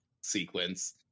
sequence